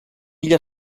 illa